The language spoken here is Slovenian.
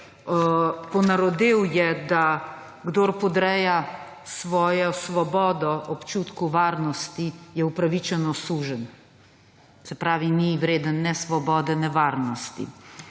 ponarodel, da kdor podreja svojo svobodo občutku varnosti, je upravičeno suženj, se pravi, ni vreden ne svobode, ne varnosti.